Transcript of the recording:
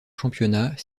championnat